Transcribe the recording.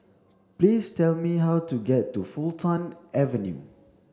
please tell me how to get to Fulton Avenue